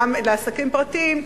גם לעסקים פרטיים,